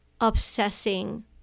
obsessing